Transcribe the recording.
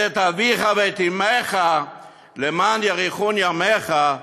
את אביך ואת אמך למען יאריכון ימיך,